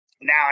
Now